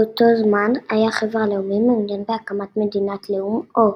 באותו זמן היה חבר הלאומים מעוניין בהקמת מדינות-לאום או